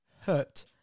hurt